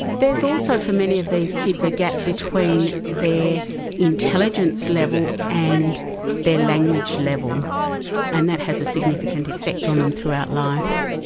there's also for many of these kids a gap between their intelligence level and their language level and that has a significant effect on them throughout life.